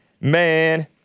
man